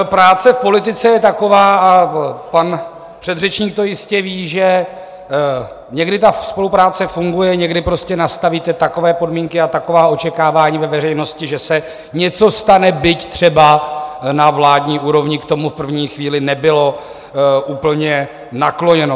Práce v politice je taková a pan předřečník to jistě ví, že někdy ta spolupráce funguje, někdy prostě nastavíte takové podmínky a taková očekávání ve veřejnosti, že se něco stane, byť třeba na vládní úrovni k tomu v první chvíli nebylo úplně nakloněno.